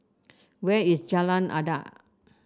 where is Jalan Adat